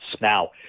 Now